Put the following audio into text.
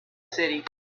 city